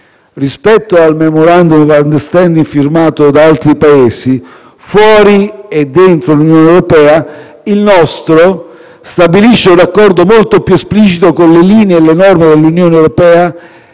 Rispetto al *memorandum of understanding* firmato da altri Paesi, fuori e dentro l'Unione europea, il nostro stabilisce un raccordo molto più esplicito con le linee e le norme dell'Unione europea